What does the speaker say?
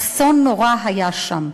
אסון נורא היה שם,